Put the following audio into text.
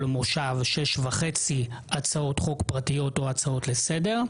מושב שש וחצי הצעות חוק פרטיות או הצעות לסדר,